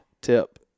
tip